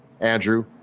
andrew